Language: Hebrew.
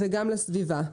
וגם לסביבה.